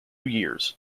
years